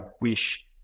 wish